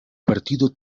partido